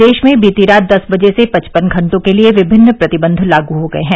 प्रदेश में बीती रात दस बजे से पचपन घंटों के लिए विभिन्न प्रतिबन्ध लागू हो गए हैं